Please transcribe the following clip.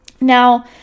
Now